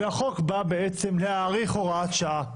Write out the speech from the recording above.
והחוק בא בעצם להאריך הוראת שעה,